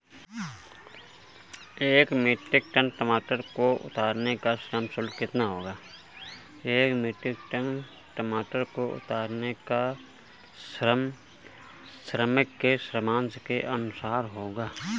एक metric tonne टमाटर को उतारने का श्रम शुल्क कितना होगा?